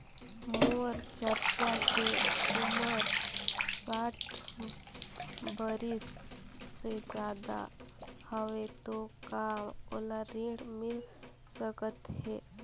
मोर चाचा के उमर साठ बरिस से ज्यादा हवे तो का ओला ऋण मिल सकत हे?